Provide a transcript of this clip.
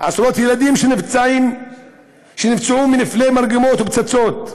עשרות ילדים נפצעו מנפלי מרגמות ופצצות,